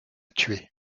tuer